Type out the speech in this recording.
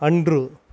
அன்று